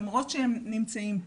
למרות שהם נמצאים פה,